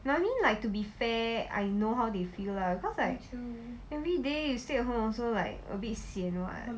no I mean like to be fair I know how they feel lah cause like everyday you stay at home also like a bit sian [what]